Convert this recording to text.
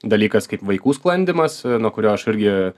dalykas kaip vaikų sklandymas nuo kurio aš irgi